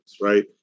right